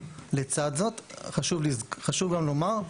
לצד זאת חשוב לי חשוב גם לומר,